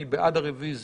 מי בעד הרביזיה?